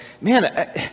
man